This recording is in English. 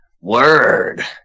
Word